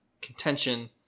contention